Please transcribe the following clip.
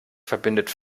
verbindet